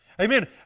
Amen